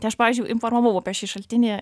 tai aš pavyzdžiui informavau apie šį šaltinį